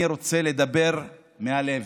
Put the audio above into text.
אני רוצה לדבר מהלב.